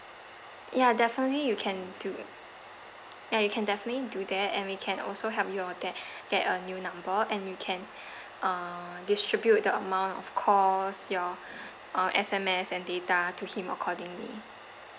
ya definitely you can do ya you can definitely do that and we can also help your dad get a new number and you can uh distribute the amount of calls your uh S_M_S and data to him accordingly